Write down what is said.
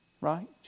Right